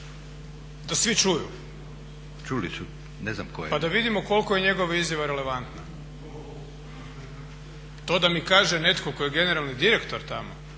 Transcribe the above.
razumije./… **Milanović, Zoran (SDP)** Pa da vidimo koliko je njegova izjava relevantna. To da mi kaže netko tko je generalni direktor tamo,